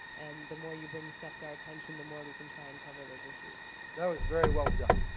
and the more you bring stuff to our attention, the more we can try and cover those issues. that was very well done.